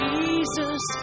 Jesus